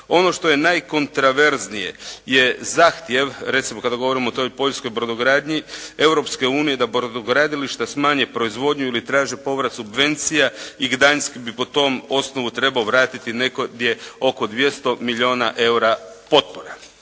Ono što je najkontraverznije je zahtjev recimo kad govorimo o toj poljskoj brodogradnji, Europske unije da brodogradilišta smanje proizvodnju ili traže povrat subvencija i Gdanjsk bi po tom osnovu trebao vratiti negdje oko 200 milijuna EUR-a potpora.